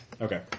Okay